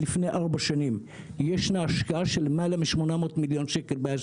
לפני 4 שנים ישנה השקעה של למעלה מ-800 מיליון שקל באיו"ש.